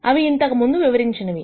అవి ఇంతకుముందు వివరించినవి